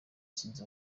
sinzi